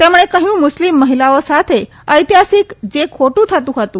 તેમણે કહ્યું મુસ્લિમ મહિલાઓ સાથે ઐતિહાસિક જે ખોટું થતું હતું